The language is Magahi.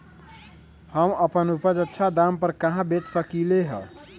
हम अपन उपज अच्छा दाम पर कहाँ बेच सकीले ह?